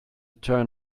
turn